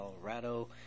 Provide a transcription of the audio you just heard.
colorado